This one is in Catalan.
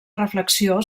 reflexió